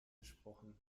gesprochen